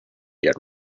yet